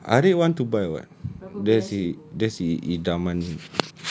ya ariq want to buy what that's his that's his idaman